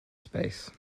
space